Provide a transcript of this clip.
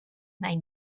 may